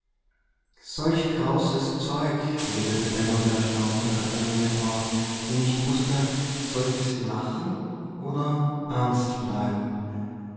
solch krauses zeug redete benno der erstaunten katharine vor die nicht wußte sollte sie lachen oder ernst bleiben